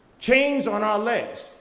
chains on our legs,